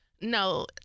No